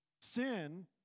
Sin